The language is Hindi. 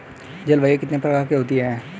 जलवायु कितने प्रकार की होती हैं?